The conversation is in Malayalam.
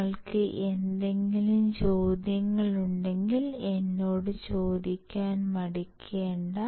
നിങ്ങൾക്ക് എന്തെങ്കിലും ചോദ്യങ്ങളുണ്ടെങ്കിൽ എന്നോട് ചോദിക്കാൻ മടിക്കേണ്ട